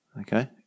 Okay